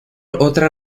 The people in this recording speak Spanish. otra